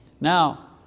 Now